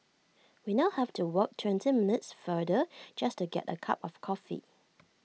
we now have to walk twenty minutes farther just to get A cup of coffee